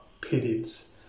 periods